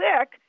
sick